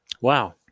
Wow